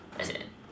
as act